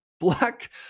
black